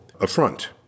affront